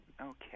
okay